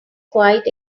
quite